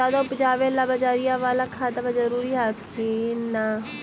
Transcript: ज्यादा उपजाबे ला बजरिया बाला खदबा जरूरी हखिन न?